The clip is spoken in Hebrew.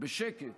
בשקט